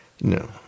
No